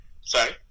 Sorry